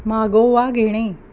मागोवा घेणे